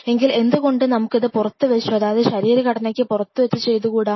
എങ്കിൽ എന്തുകൊണ്ട് നമുക്ക് ഇത് പുറത്ത് വെച്ചു അതായത് ശരീരത്തിന് പുറത്ത് വെച്ച് ചെയ്തുകൂടാ